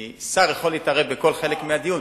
כי שר יכול להתערב בכל חלק מהדיון,